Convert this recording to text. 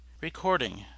Recording